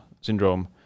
syndrome